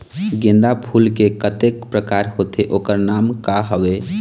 गेंदा फूल के कतेक प्रकार होथे ओकर नाम का हवे?